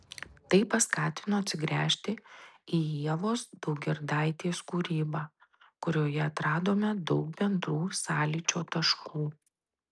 tai paskatino atsigręžti į ievos daugirdaitės kūrybą kurioje atradome daug bendrų sąlyčio taškų